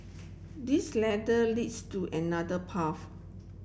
this ladder leads to another path